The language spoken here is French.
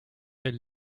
elle